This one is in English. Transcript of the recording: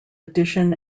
edition